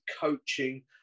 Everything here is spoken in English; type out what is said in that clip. coaching